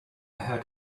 heard